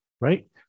right